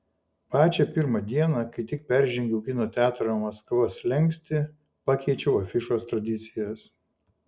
pačią pirmą dieną kai tik peržengiau kino teatro maskva slenkstį pakeičiau afišos tradicijas